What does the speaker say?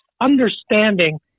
understanding